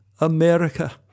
America